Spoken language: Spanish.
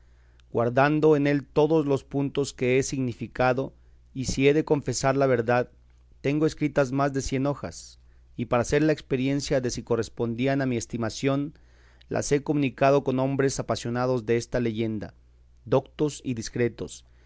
guardando en él todos los puntos que he significado y si he de confesar la verdad tengo escritas más de cien hojas y para hacer la experiencia de si correspondían a mi estimación las he comunicado con hombres apasionados desta leyenda dotos y discretos